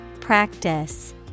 Practice